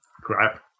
crap